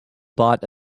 bought